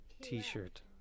t-shirt